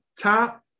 top